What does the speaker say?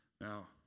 Now